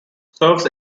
serves